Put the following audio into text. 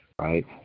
right